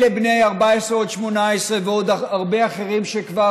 אלה בני 14 18 ועוד הרבה אחרים שכבר